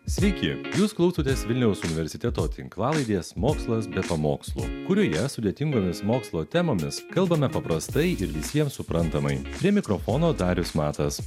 sveiki jūs klausotės vilniaus universiteto tinklalaidės mokslas be pamokslų kurioje sudėtingomis mokslo temomis kalbame paprastai ir visiems suprantamai prie mikrofono darius matas